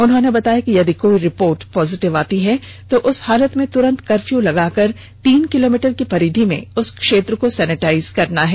उन्होंने बताया कि यदि कोई रिर्पोट पॉजिटिव आता है तो उस हालत में तुरंत क्र्फयू लगा कर तीन किलोमीटर की परिधी में उस क्षेत्र को सेनेटाइज करना है